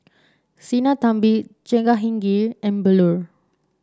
Sinnathamby Jehangirr and Bellur